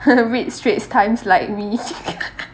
read straits times like me